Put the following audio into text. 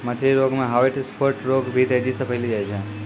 मछली रोग मे ह्वाइट स्फोट रोग भी तेजी से फैली जाय छै